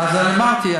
אמרתי,